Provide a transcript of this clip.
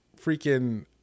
freaking